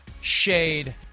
shade